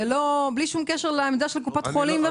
בלי שום קשר לעמדה של קופת חולים וכו'.